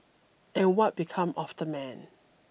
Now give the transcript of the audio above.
and what become of the man